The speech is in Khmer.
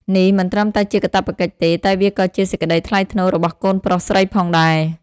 នេះមិនត្រឹមតែជាកាតព្វកិច្ចទេ តែវាក៏ជាសេចក្តីថ្លៃថ្នូររបស់កូនប្រុសស្រីផងដែរ។